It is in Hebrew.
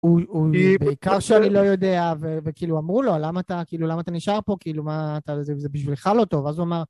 הוא בעיקר שאני לא יודע, וכאילו אמרו לו למה אתה כאילו למה אתה נשאר פה כאילו מה אתה זה בשבילך לא טוב אז הוא אמר